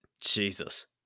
Jesus